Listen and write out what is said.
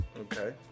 Okay